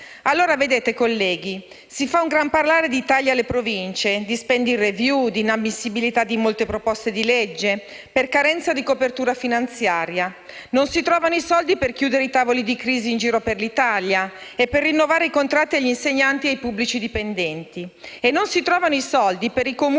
tutto. Ebbene, colleghi, si fa un gran parlare di tagli alle Province, di *spending review*, di inammissibilità di molte proposte di legge per carenza di copertura finanziaria. Non si trovano i soldi per chiudere i tavoli di crisi in giro per l'Italia e per rinnovare i contratti agli insegnanti e ai pubblici dipendenti. Non si trovano i soldi per i Comuni